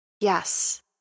Yes